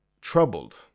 troubled